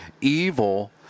Evil